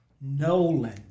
Nolan